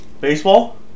Baseball